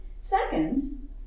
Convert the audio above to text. Second